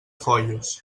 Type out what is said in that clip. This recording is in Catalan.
foios